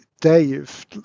Dave